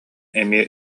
эмиэ